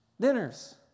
dinners